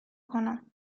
کنم